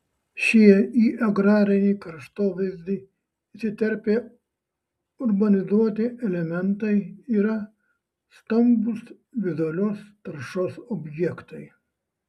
šie į agrarinį kraštovaizdį įsiterpę urbanizuoti elementai yra stambūs vizualios taršos objektai